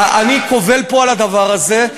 אני קובל פה על הדבר הזה.